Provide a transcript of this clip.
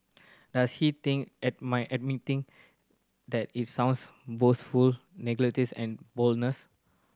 does he think admire admitting that it sounds boastful negates and